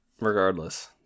regardless